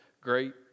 great